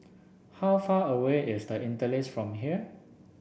how far away is The Interlace from here